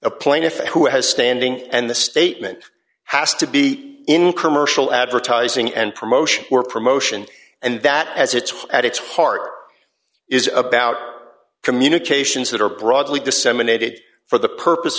a plaintiff who has standing and the statement has to be incurred advertising and promotion or promotion and that has it's at its heart is about communications that are broadly disseminated for the purpose